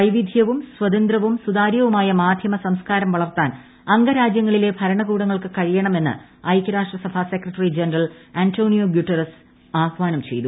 വൈവിദ്ധ്യവും സ്വതന്ത്രവും സുതാര്യവുമായ മാധ്യമ സംസ്ക്കാരം വളർത്താൻ അംഗരാജ്യങ്ങളിലെ ഭരണകൂടങ്ങൾക്ക് കഴിയണമെന്ന് ഐക്യരാഷ്ട്ര സഭാ സെക്രട്ടറി ജനറൽ അന്റോണിയോ ഗുട്ടറസ് ആഹ്വാനം ചെയ്തു